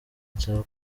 nsabwa